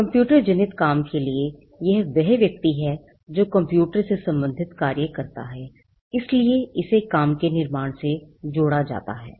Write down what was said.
कंप्यूटरजनित काम के लिए यह वह व्यक्ति है जो कम्प्यूटर से सम्बंधित कार्य करता है इसलिए इसे काम के निर्माण से जोड़ा जाता है